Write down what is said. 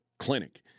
clinic